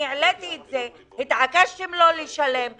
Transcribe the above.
אני העליתי את זה ואתם התעקשתם לא לשלם את זה,